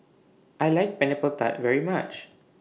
I like Pineapple Tart very much